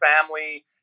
family